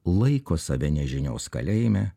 laiko save nežinios kalėjime